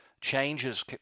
changes